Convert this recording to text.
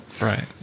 Right